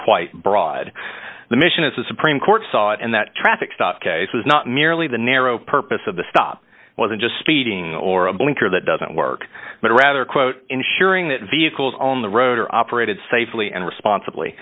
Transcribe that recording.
quite broad the mission as the supreme court sought and that traffic stop case was not merely the narrow purpose of the stop wasn't just speeding or a blinker that doesn't work but rather quote ensuring that vehicles on the road are operated safely and responsibly